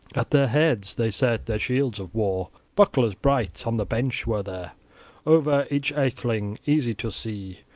at their heads they set their shields of war, bucklers bright on the bench were there over each atheling, easy to see,